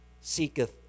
seeketh